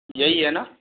यही है ना